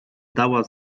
dała